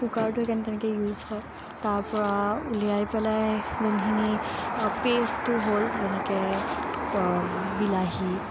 কুকাৰটো তেনেকৈ ইউজ হয় তাৰ পৰা উলিয়াই পেলাই যোনখিনি পেষ্টটো হ'ল যেনেকৈ বিলাহী